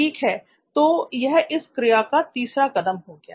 ठीक है तो यह इस क्रिया का तीसरा कदम हो गया